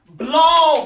blow